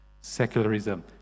secularism